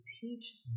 teach